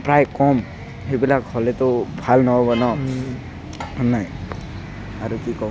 প্ৰায় কম সেইবিলাক হ'লেটো ভাল নহ'ব ন নাই আৰু কি কম